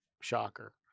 Shocker